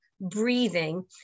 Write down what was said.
breathing